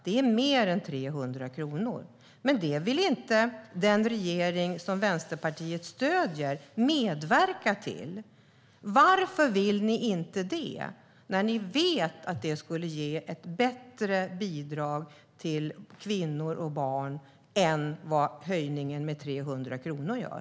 Det är mer än 300 kronor, men det vill inte den regering som Vänsterpartiet stöder medverka till. Varför vill ni inte det, Rossana Dinamarca, när ni vet att det skulle ge ett bättre bidrag till kvinnor och barn än vad höjningen med 300 kronor gör?